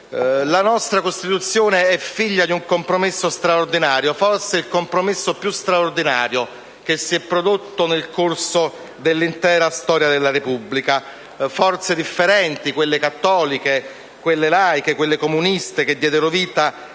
la nostra Costituzione è figlia di un compromesso straordinario, forse il compromesso più straordinario che si è prodotto nel corso dell'intera storia della Repubblica. Forze differenti, quelle cattoliche, quelle laiche, quelle comuniste che diedero vita